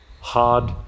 hard